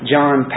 John